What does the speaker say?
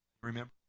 Remember